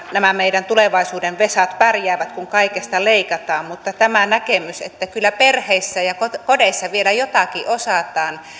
nämä meidän tulevaisuuden vesat pärjäävät kun kaikesta leikataan mutta tämä näkemys että kyllä perheissä ja kodeissa vielä jotakin osataan